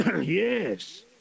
Yes